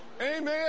Amen